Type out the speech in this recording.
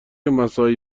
مساعی